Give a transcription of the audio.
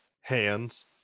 hands